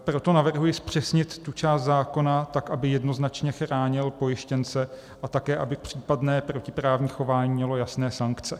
Proto navrhuji zpřesnit tu část zákona tak, aby jednoznačně chránil pojištěnce a také aby případné protiprávní chování mělo jasné sankce.